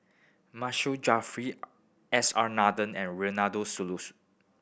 Masagos Zulkifli S R Nathan and Ronald Susilo